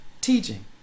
teaching